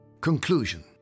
Conclusion